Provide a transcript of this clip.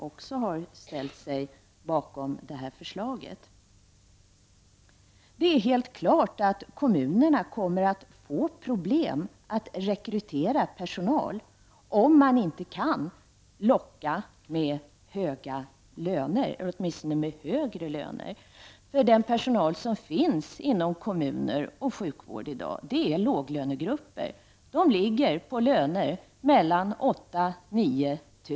t.ex. Lillemor Arvidsson, har anslutit sig till det. Det är helt klart att kommunerna kommer att få problem med att rekrytera personal, om de inte kan locka med höga eller åtminstone med högre löner. Den personal som finns inom kommunerna och inom sjukvården tillhör låglönegrupperna. Den har löner på mellan 8 000 och 9 000 kr.